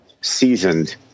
seasoned